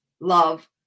love